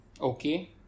Okay